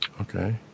okay